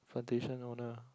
plantation owner